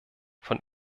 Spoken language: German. von